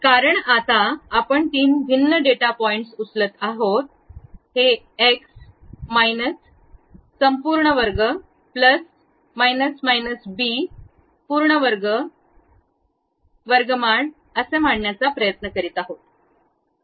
तर कारण आता आपण तीन भिन्न डेटा पॉईंट्स उचलत आहोत हे x वजा संपूर्ण वर्ग अधिक वजा वजा बी पूर्ण वर्ग वर्ग च वर्गमान असे मानण्याचा प्रयत्न करीत आहे